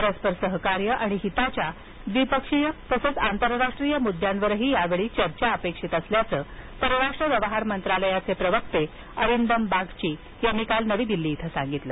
परस्पर सहकार्य आणि हिताच्या द्विपक्षीय तसच आंतरराष्ट्रीय मुद्द्यांवरही यावेळी चर्चा अपेक्षित असल्याचं परराष्ट्र व्यवहार मंत्रालयाचे प्रवक्ते अरिंदम बागची यांनी काल नवी दिल्ली इथं सांगितलं